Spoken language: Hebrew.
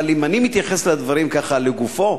אבל אם אני מתייחס לדברים ככה, לגופם,